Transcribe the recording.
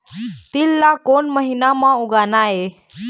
तील ला कोन महीना म उगाना ये?